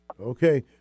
Okay